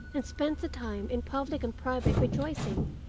and spent the time in public and private rejoicing.